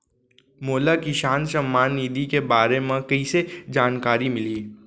मोला किसान सम्मान निधि के बारे म कइसे जानकारी मिलही?